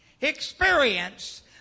experience